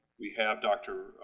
we have dr.